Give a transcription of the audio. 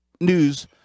News